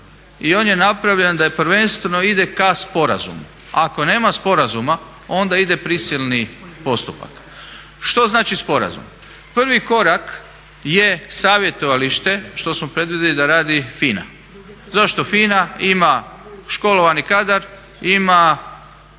i on je napravljen da prvenstveno ide ka sporazumu. Ako nema sporazuma onda ide prisilni postupak. Što znači sporazum? Prvi korak je savjetovalište što smo predvidjeli da radi FINA. Zašto FINA? Ima školovani kadar, ima